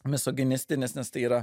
misoginistinis nes tai yra